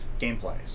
gameplays